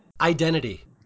Identity